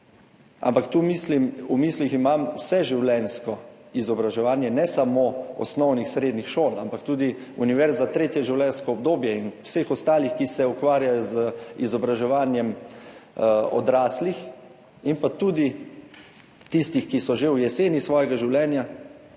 ampak tu imam v mislih vseživljenjsko izobraževanje, ne samo osnovnih, srednjih šol, ampak tudi univerzo za tretje življenjsko obdobje in vseh ostalih, ki se ukvarjajo z izobraževanjem odraslih, in pa tudi tistih, ki so že v jeseni svojega življenja,